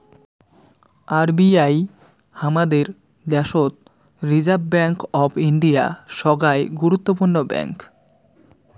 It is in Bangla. আর.বি.আই হামাদের দ্যাশোত রিসার্ভ ব্যাঙ্ক অফ ইন্ডিয়া, সোগায় গুরুত্বপূর্ণ ব্যাঙ্ক